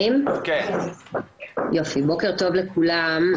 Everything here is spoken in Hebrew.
בוקר טוב לכולם.